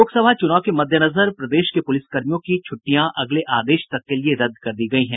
लोकसभा चुनाव के मद्देनजर प्रदेश के पुलिस कर्मियों की छूटिटयां अगले आदेश तक के लिये रद्द कर दी गयी हैं